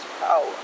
power